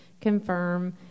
confirm